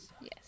Yes